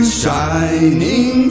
shining